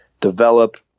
develop